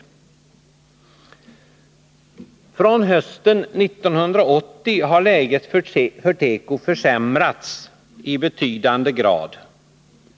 Alltsedan hösten 1980 har läget för teko försämrats i betydande grad.